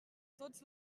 tots